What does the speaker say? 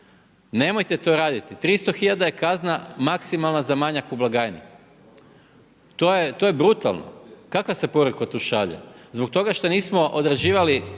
Nemojte to raditi, 300 hiljada je kazna maksimalna za manjak u blagajni. To je brutalno. Kakva se poruka tu šalje? Zbog toga što nismo odrađivali